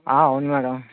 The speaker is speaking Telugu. అవును మ్యాడమ్